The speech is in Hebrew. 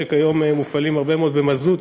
שהיום מופעלים הרבה מאוד במזוט,